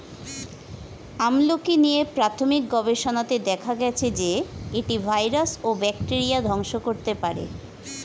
আমলকী নিয়ে প্রাথমিক গবেষণাতে দেখা গেছে যে, এটি ভাইরাস ও ব্যাকটেরিয়া ধ্বংস করতে পারে